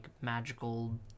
magical